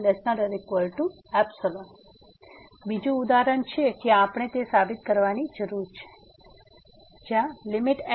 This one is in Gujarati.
તેથી બીજું ઉદાહરણ છે જ્યાં આપણે તે સાબિત કરવાની જરૂર છે xy00xyx2y20